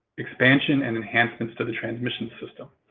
expansion and enhancements to the transmission systems.